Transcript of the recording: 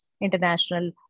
international